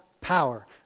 power